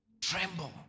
Tremble